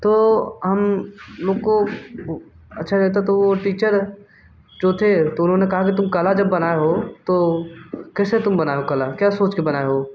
तो हम लोग को अच्छा नहीं लगता तो वो टीचर जो थे तो उन्होंने कहा कि तुम कला जब बनाए हो तो कैसे तुम बनाए हो कला क्या सोच के बनाए हो